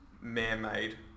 man-made